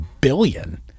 billion